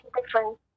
different